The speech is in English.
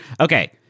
Okay